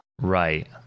Right